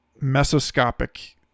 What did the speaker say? mesoscopic